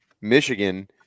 Michigan